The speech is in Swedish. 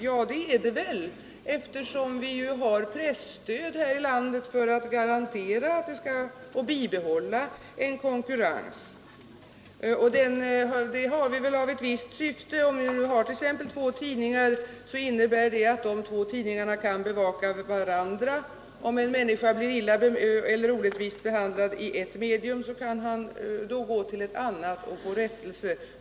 Jo, det är det nog, eftersom vi har presstöd här i landet för att garantera att en konkurrens bibehålls. Och det är väl i ett visst syfte. Om vi t.ex. har två tidningar, så innebär det att de två tidningarna kan bevaka varandra. Om en människa blir orättvist behandlad i ett medium, kan hon gå till ett annat och få rättelse.